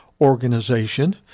organization